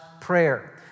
Prayer